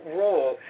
role